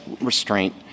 restraint